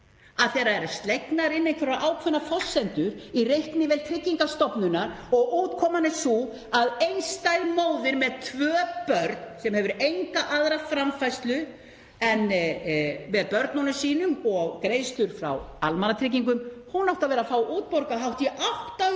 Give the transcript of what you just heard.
að þegar það eru slegnar inn einhverjar ákveðnar forsendur í reiknivél Tryggingastofnunar og útkoman er sú að einstæð móðir með tvö börn sem hefur enga aðra framfærslu en með börnunum sínum og greiðslur frá almannatryggingum — hún átti að vera að fá útborgað hátt í 800.000